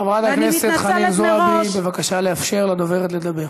חברת הכנסת חנין זועבי, בבקשה לאפשר לדוברת לדבר.